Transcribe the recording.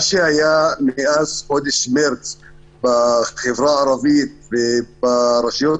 מה שהיה מאז חודש מרץ בחברה הערבית וברשויות